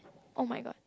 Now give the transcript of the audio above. oh-my-god